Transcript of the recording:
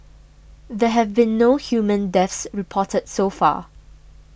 there have been no human deaths reported so far